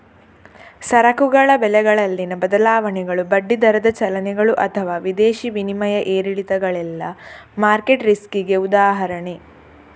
ಸರಕುಗಳ ಬೆಲೆಗಳಲ್ಲಿನ ಬದಲಾವಣೆಗಳು, ಬಡ್ಡಿ ದರದ ಚಲನೆಗಳು ಅಥವಾ ವಿದೇಶಿ ವಿನಿಮಯ ಏರಿಳಿತಗಳೆಲ್ಲ ಮಾರ್ಕೆಟ್ ರಿಸ್ಕಿಗೆ ಉದಾಹರಣೆ